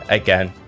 again